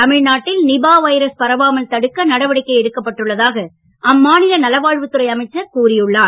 தமிழ்நாட்டில் Nipah virus பரவாமல் தடுக்க நடவடிக்கை எடுக்கப்பட்டுள்ளதாக அம்மாநில மக்கள் நல்வாழ்வுத் துறை அமைச்சர் கூறியுள்ளார்